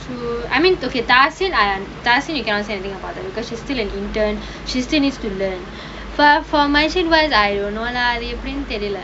true I mean you cannot say anything about them because she's still an intern she's still needs to learn for for wise I don't know lah they printed